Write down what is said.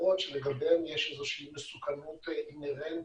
שלגביהם יש מסוכנות אינהרנטית.